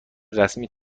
رسمی